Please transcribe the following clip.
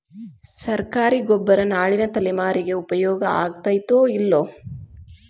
ಸರ್ಕಾರಿ ಗೊಬ್ಬರ ನಾಳಿನ ತಲೆಮಾರಿಗೆ ಉಪಯೋಗ ಆಗತೈತೋ, ಇಲ್ಲೋ?